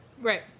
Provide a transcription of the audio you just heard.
Right